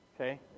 Okay